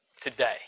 today